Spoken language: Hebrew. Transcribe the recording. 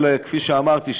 כפי שאמרתי,